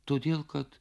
todėl kad